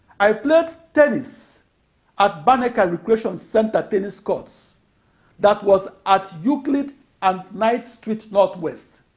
i played tennis at banneker recreation center tennis courts that was at euclid and ninth street northwest.